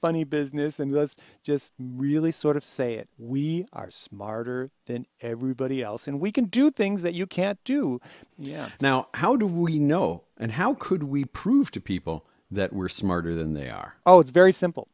funny business and was just really sort of say it we are smarter than everybody else and we can do things that you can't do yeah now how do we know and how could we prove to people that we're smarter than they are oh it's very simple